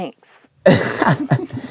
Thanks